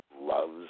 loves